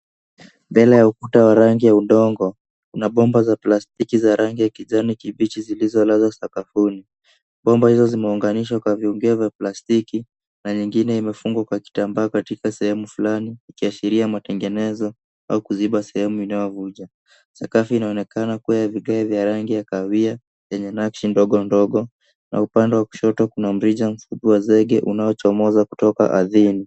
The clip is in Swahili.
Mbele ya ukuta wa rangi ya udongo, kuna bomba za plastiki za rangi ya kijani kibichi zilizolazwa sakafuni. Bomba hizo zimeunganishwa kwa viungio vya plastiki na ingine imefungwa kwa kitambaa katika sehemu fulani, ikiashiria matengenezo au kuziba sehemu inayovuja. Sakafu inaonekana kuwa ya vigae vya rangi ya kahawia yenye nakshi ndogo ndogo na upande wa kushoto kuna mrija mfupi wa zege unaochomoza kutoka ardhini.